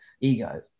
ego